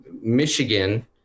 Michigan